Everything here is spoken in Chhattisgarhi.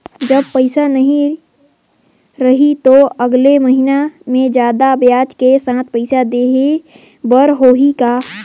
जब पइसा नहीं रही तो अगले महीना मे जादा ब्याज के साथ पइसा देहे बर होहि का?